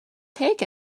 take